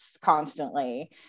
constantly